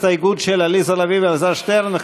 הסתייגות של עליזה לביא ואלעזר שטרן,